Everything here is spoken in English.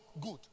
good